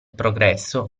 progresso